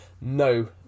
No